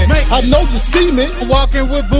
i know you see me